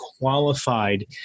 qualified